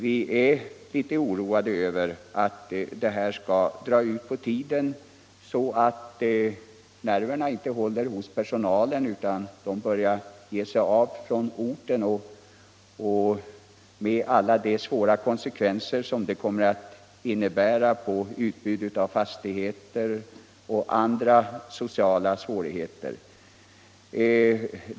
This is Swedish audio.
Vi är litet oroade över att det skall komma att dra ut på tiden så långt att personalen blir nervös och börjar ge sig av från orten, med de svåra konsekvenser det kommer att få på utbud av fastigheter och med andra sociala störningar som följd.